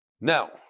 Now